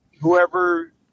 whoever